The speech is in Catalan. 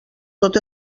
tot